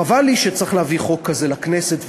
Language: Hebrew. חבל לי שצריך להביא חוק כזה לכנסת,